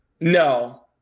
No